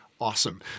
awesome